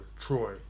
Troy